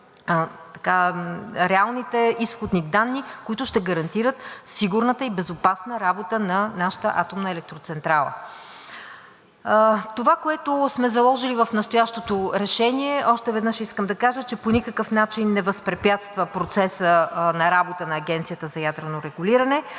реалните изходни данни, които ще гарантират сигурната и безопасна работа на нашата атомна електроцентрала. Това, което сме заложили в настоящото решение, още веднъж искам да кажа, че по никакъв начин не възпрепятства процеса на работа на Агенцията за ядрено регулиране.